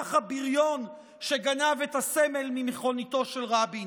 הפרחח הבריון שגנב את הסמל ממכוניתו של רבין?